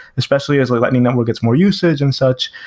especially as like lightning network gets more usage and such.